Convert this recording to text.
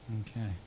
Okay